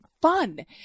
fun